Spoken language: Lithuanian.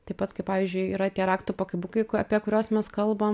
taip pat kaip pavyzdžiui yra tie raktų pakabukai p apie kuriuos mes kalbam